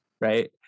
right